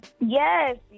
yes